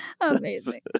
Amazing